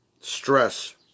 stress